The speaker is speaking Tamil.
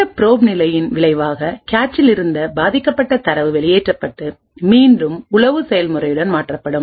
இந்தப்ரோப் நிலையில் விளைவாக கேட்சில் இருந்த பாதிக்கப்பட்ட தரவு வெளியேற்றப்பட்டு மீண்டும் உளவு செயல்முறையுடன் மாற்றப்படும்